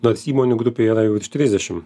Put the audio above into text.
nors įmonių grupėje yra jau virš trisdešim